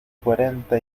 cuarenta